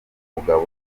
mugabo